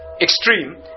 extreme